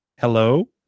Hello